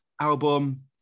album